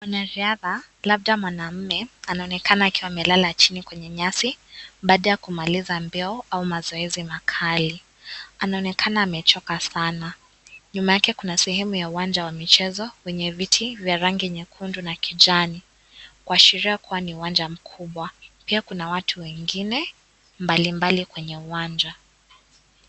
Mwanariadha labda mwanamme anaonekana akiwa amelala chini kwenye nyasi baada ya kumaliza mbio au mazoezi makali. Anaonekana amechoka Sana, nyuma yake kuna sehemu ya uwanja wa mchezo wenye viti vya rangi nyekundu na kijani kuashiria kuwa ni uwanja mkubwa. Pia kuna watu wengine mbalimbali kwenye uwanja.